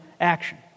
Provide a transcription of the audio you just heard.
action